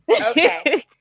Okay